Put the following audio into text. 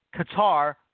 Qatar